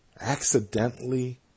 Accidentally